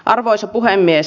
arvoisa puhemies